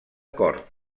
cor